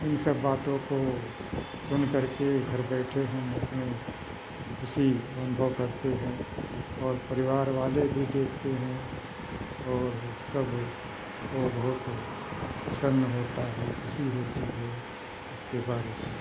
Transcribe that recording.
इन सब बातों को सुनकर के घर बैठे हम अपने खुशी अनुभव करते हैं और परिवार वाले भी देखते हैं और सब ओ बहुत प्रसन्न होता है खुशी होती है इसके बारे में